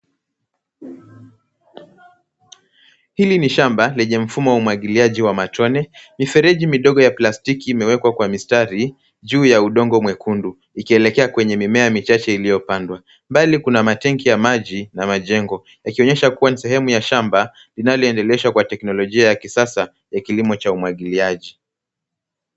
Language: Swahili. Hili ni shamba lenye mfumo wa umwagiliaji wa matone, mifereji midogo ya plastiki imewekwa kwa mistari juu ya udongo mwekundu, ikielekea kwenye mimea michache iliyo pandwa. Mbali kuna matenki ya maji na majengo yakionyesha kua ni sehemu ya shamba linalo endeleshwa kwa teknologia ya kisasa ya kilimo cha umwagiliaji.